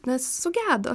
nes sugedo